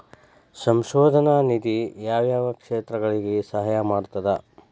ಸಂಶೋಧನಾ ನಿಧಿ ಯಾವ್ಯಾವ ಕ್ಷೇತ್ರಗಳಿಗಿ ಸಹಾಯ ಮಾಡ್ತದ